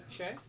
Okay